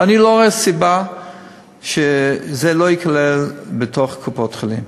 ואני לא רואה סיבה שזה לא ייכלל בתוך קופות-חולים.